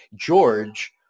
George